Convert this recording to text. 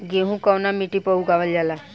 गेहूं कवना मिट्टी पर उगावल जाला?